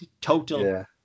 total